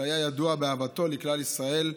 שהיה ידוע באהבתו לכלל ישראל,